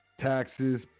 Taxes